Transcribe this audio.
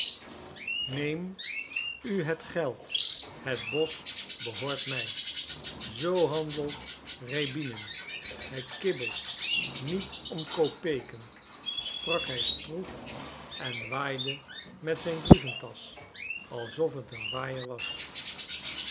neem u het geld het bosch behoort mij zoo handelt rjäbinin hij kibbelt niet om kopeken sprak hij stroef en waaide met zijn brieventasch alsof t een waaier was